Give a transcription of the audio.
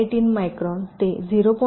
18 micron ते 0